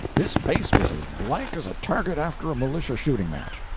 his face was as blank as a target after a militia shooting-match.